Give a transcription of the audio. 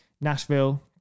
Nashville